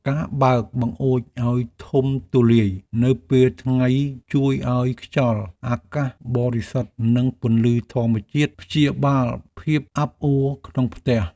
ការបើកបង្អួចឱ្យធំទូលាយនៅពេលថ្ងៃជួយឱ្យខ្យល់អាកាសបរិសុទ្ធនិងពន្លឺធម្មជាតិព្យាបាលភាពអាប់អួក្នុងផ្ទះ។